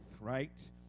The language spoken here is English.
right